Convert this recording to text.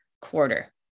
quarter